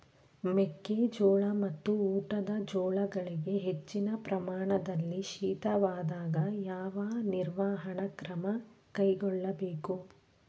ಮೆಕ್ಕೆ ಜೋಳ ಮತ್ತು ಊಟದ ಜೋಳಗಳಿಗೆ ಹೆಚ್ಚಿನ ಪ್ರಮಾಣದಲ್ಲಿ ಶೀತವಾದಾಗ, ಯಾವ ನಿರ್ವಹಣಾ ಕ್ರಮ ಕೈಗೊಳ್ಳಬೇಕು?